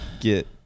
get